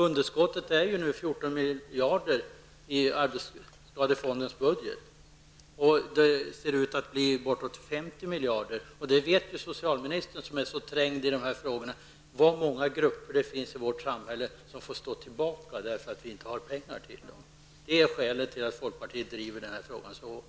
Underskottet i arbetsskadefondens budget är nu 14 miljarder och det ser ut att växa till uppemot 50 miljarder. Socialministern vet hur många grupper i vårt samhälle som får stå tillbaka därför att det inte finns pengar. Detta är skälet till att vi i folkpartiet driver denna fråga så hårt.